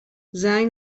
زنگ